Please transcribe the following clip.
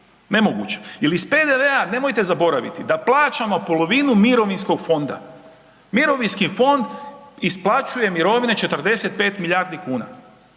nemoguća. Jer iz PDV-a nemojte zaboraviti da plaćamo polovinu mirovinskog fonda, mirovinski fond isplaćuje mirovine 45 milijardi kuna.